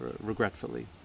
regretfully